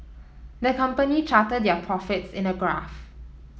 the company charted their profits in a graph